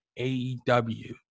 AEW